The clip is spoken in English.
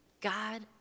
God